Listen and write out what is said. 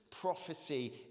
prophecy